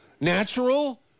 natural